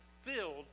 filled